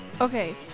Okay